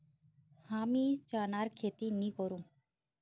हमीं चनार खेती नी करुम